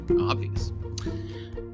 obvious